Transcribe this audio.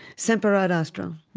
sempre ad astra